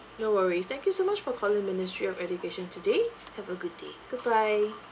no worries thank you so much for calling ministry of education today have a good day goodbye